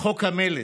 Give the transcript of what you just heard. חוק המלט,